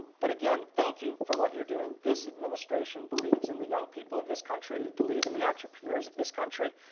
but again thank you for what you're doing. this administration believes in the young people of this country, it believes in the entrepreneurs of this country.